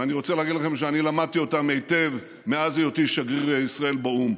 ואני רוצה להגיד לכם שאני למדתי אותם היטב מאז היותי שגריר ישראל באו"ם,